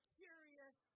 curious